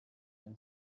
and